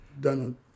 done